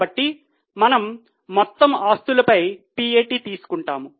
కాబట్టి మనము మొత్తం ఆస్తులపై PAT తీసుకుంటాము